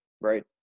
Right